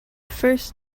first